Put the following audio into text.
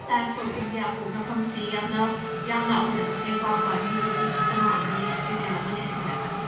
times of India ꯄꯣꯛꯅꯐꯝꯁꯤ ꯌꯥꯝꯅ ꯌꯥꯝꯅ ꯑꯩꯈꯣꯏꯗ ꯃꯇꯦꯡ ꯄꯥꯡꯕ ꯅ꯭ꯌꯨꯁꯀꯤ ꯀꯩꯅꯣ ꯑꯃꯅꯦ ꯆꯦꯟꯅꯦꯜ ꯑꯃꯅꯦ ꯍꯥꯏꯅ ꯑꯩꯅ ꯈꯟꯖꯩ